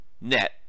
net